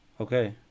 Okay